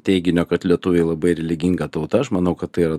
teiginio kad lietuviai labai religinga tauta aš manau kad tai yra